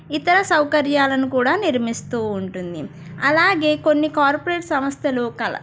ఇతర సౌకర్యాలను కూడా నిర్మిస్తూ ఉంటుంది అలాగే కొన్ని కార్పొరేట్ సంస్థలు కళా